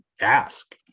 ask